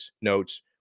notes